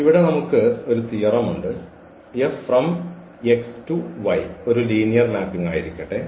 ഇവിടെ നമുക്ക് തിയറമുണ്ട് F X → Y ഒരു ലീനിയർ മാപ്പിംഗ് ആയിരിക്കട്ടെ